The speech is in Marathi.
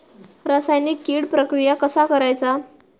रासायनिक कीड प्रक्रिया कसा करायचा?